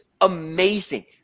amazing